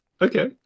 okay